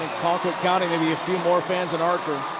colquitt county maybe a few more fans than archer.